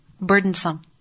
burdensome